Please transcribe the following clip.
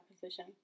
position